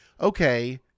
okay